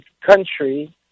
country